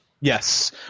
Yes